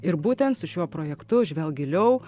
ir būtent su šiuo projektu žvelk giliau